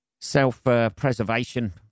self-preservation